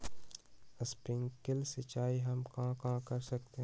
Sprinkle सिंचाई हम कहाँ कहाँ कर सकली ह?